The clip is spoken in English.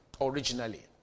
originally